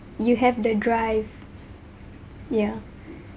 you have the drive yeah